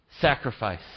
sacrifice